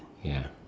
ya